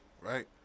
right